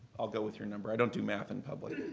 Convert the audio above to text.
i'll go with your number. i don't do math in public.